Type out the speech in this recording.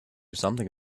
something